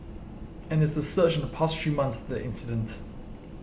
and there's a surge in the past three months after the incident